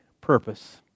purpose